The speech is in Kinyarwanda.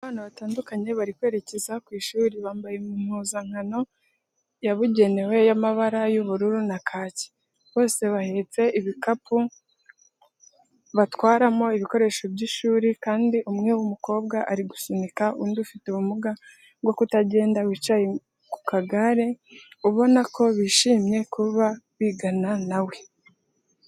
Abana batandukanye bari kwerekeza ku ishuri, bambaye impuzankano yabugenewe y'amabara y'ubururu na kacye. Bose bahetse ibikapu batwaramo ibikoresho by'ishuri, kandi umwe w'umukobwa ari gusunika undi ufute ubumuga bwo kutagenda wicaye mu kagare, ubona ko bishimiye kuba bigana na we.